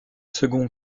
second